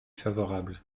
favorable